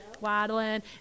Waddling